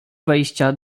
wejścia